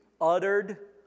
uttered